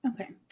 Okay